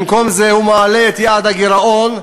במקום זה הוא מעלה את יעד הגירעון ל-3.4%,